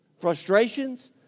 frustrations